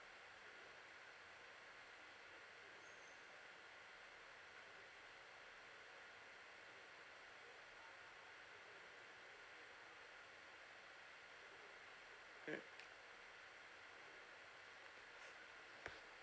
mm